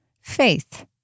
faith